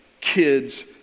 Kids